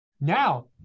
Now